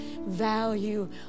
value